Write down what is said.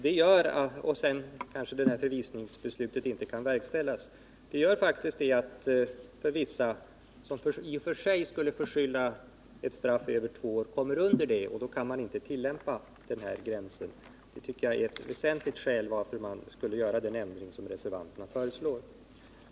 Sedan kanske förvisningsbeslutet inte kan verkställas. Detta medför alltså att en del åtalade som i och för sig skulle förskylla ett straff på över två år döms till ett kortare straff, och då kan man inte tillämpa denna gräns. Det tycker jag är ett väsentligt skäl att företa den ändring som reservanterna föreslår.